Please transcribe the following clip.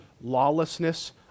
lawlessness